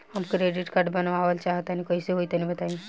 हम credit card बनवावल चाह तनि कइसे होई तनि बताई?